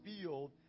field